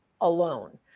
alone